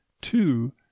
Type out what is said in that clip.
two